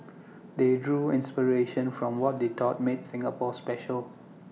they drew inspiration from what they thought made Singapore special